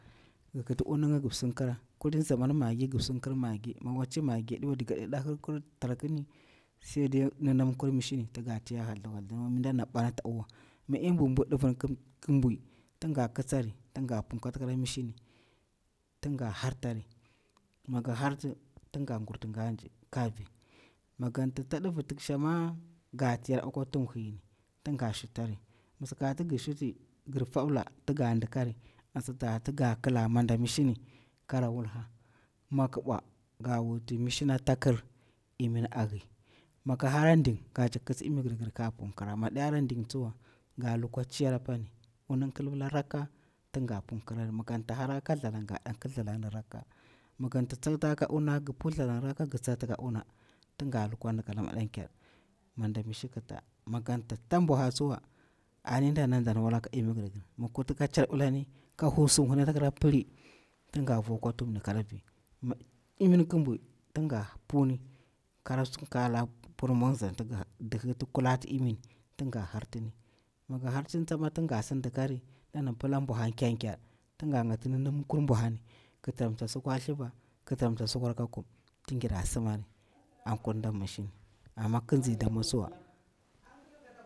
Gi kiti unurnga, gip sin kira, kulin zamanir maggi gip sinkir maggi mi waci maggi ɗiwa daga ɗiɗɗahikur targu ni sai de nunumkur mishi ni, tiga tiya hathu hathu wami ndana tani ta u wa mi imim mbum mbwa ɗivini kim kin mbwiy tin ga ki tsari, tinga punkir ata kira mishini ting ga har tari, mi gir harta, tin nga gurti ganji ka vi, mi ganta ta divir tiksha ma, ga tiyari akwa tuhumir khiy ni, tin nga shutari, mi sakati gi shuti, gir fwabila tinga ndikari, an sakati ga kila manda mishi ni kara wulha, mi ƙi bwa ga wuti mishin a ta kir, imin a hiyi, mi ki hara ndig ga jak kitsi imi gir gir ka punkira, ma di hara ndig tsuuwa, ga lukwa cara pani unun ki libila rakka tin nga punkirari mi ganta hara kan thlalang ga dankir thlalangni rakka mi ganta tsanta ka una gi pun thlalang ni rakka gi tsati ka una tin ga lukwa ndikala maɗankyar min nda mishi ki taa. Mi ganta tam buhha tsuwa, ani nda nang ndani wala ka imi girgir, mig kurti ka car bilani, ka husu bilani a ta kira pilli, tinga vo kwa tuhumni kara vi mi imini kin mbwi tin nga puni kara sinkala mpur mwomzan tinga dihhi ti kulahti imini, tin nga har tani, mi gi hartini tsama tin gasi ndikari nda na pila buha nkyar nkyar, tinga nga ninumkur mbuhani ki tiramta sukwa thliva ki tiramta sukwar ka kum tin gira simari an kura nda mishini ama kinzi da mwo tsuwa.